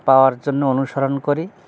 পাওয়ার জন্য অনুসরণ করি